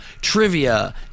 Trivia